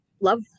love